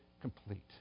complete